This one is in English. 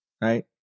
right